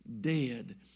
dead